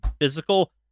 physical